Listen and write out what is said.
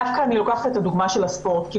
דווקא אני לוקחת את הדוגמא של הספורט כי